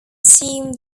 assumed